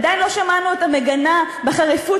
עדיין לא שמענו אותה מגנה בחריפות,